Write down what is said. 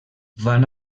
van